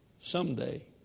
someday